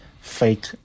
fake